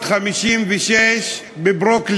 חבר הכנסת יעקב אשר, אינו נוכח.